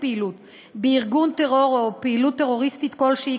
פעילותו בארגון טרור" או פעילות טרוריסטית כלשהי,